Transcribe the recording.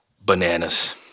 bananas